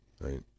right